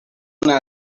una